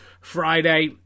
Friday